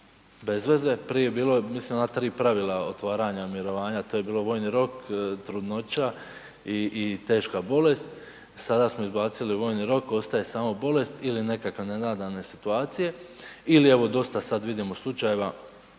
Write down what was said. bezveze, prije je bilo mislim ona tri pravila mirovanja, to je bilo vojni rok, trudnoća i teška bolest, sada smo izbacili vojni rok, ostaje samo bolest ili nekakve nenadane situacije ili evo dosta sad vidimo slučajeva